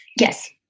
Yes